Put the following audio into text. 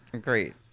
Great